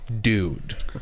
dude